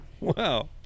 Wow